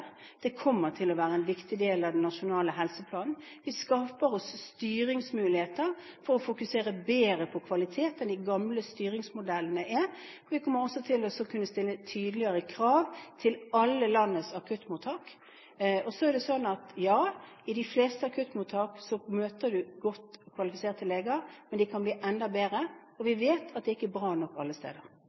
Det kommer til å være en viktig del av den nasjonale helseplanen. Vi skaper oss styringsmuligheter for å fokusere bedre på kvalitet enn de gamle styringsmodellene. Vi kommer også til å stille tydeligere krav til alle landets akuttmottak. I de fleste akuttmottak møter man godt kvalifiserte leger, men de kan bli enda bedre. Og vi vet at det ikke er bra nok alle steder.